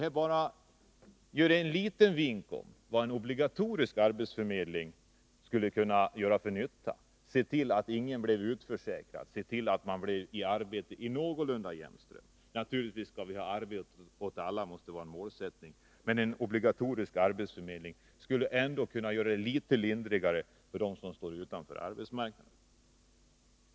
Detta ger bara en liten vink om vad en obligatorisk arbetsförmedling skulle kunna göra för nytta, nämligen se till att ingen blir utförsäkrad, att alla får arbete i någorlunda jämn ström. Målsättningen måste vara arbete åt alla. Men en obligatorisk arbetsförmedling skulle ändå kunna göra det litet lindrigare för dem som står utanför arbetsmarknaden.